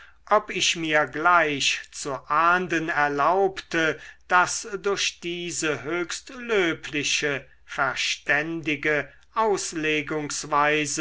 ob ich mir gleich zu ahnden erlaubte daß durch diese höchst löbliche verständige